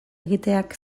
egiteak